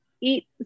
eat